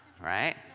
Right